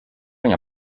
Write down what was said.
inga